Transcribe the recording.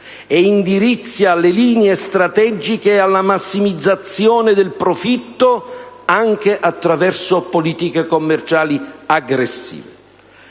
e indirizza le linee strategiche alla massimizzazione del profitto anche attraverso politiche commerciali aggressive;